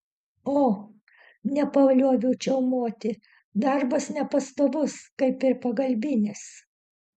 o nepalioviau čiaumoti darbas nepastovus kaip ir pagalbinis